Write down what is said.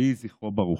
יהי זכרו ברוך.